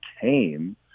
came